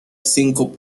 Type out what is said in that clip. cinco